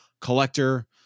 collector